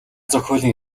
зохиолын